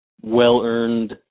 well-earned